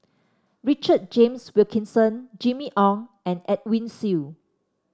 Richard James Wilkinson Jimmy Ong and Edwin Siew